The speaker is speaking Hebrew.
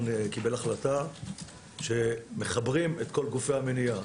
קיבל החלטה שמחברים את כל גופי המניעה: